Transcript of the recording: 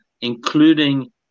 including